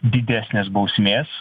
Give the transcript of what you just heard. didesnės bausmės